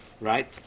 Right